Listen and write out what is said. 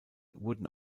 wurden